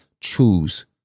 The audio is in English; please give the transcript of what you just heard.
choose